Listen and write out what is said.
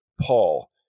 Paul